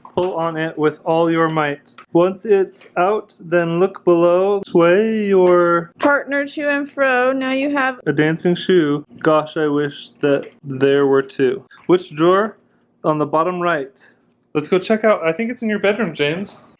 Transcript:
pull on it with all your might once it's out then look below to a your partner to and fro now you have a dancing shoe gosh i wish that there were two which drawer on the bottom right let's go check out. i think it's in your bedroom james.